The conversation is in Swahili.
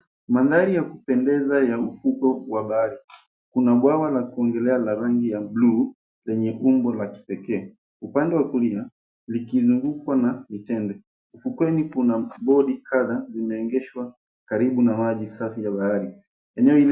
Mandhari ya kupendeza ya ufukwe wa bahari kuna bwawa la kuogelea la rangi ya bluu lenye umbo la kipekee, upande wa kulia likizungukwa na mitende. Ufukweni, kuna boti kadhaa zimeegeshwa karibu na maji safi ya bahari. Eneo hili.